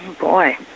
boy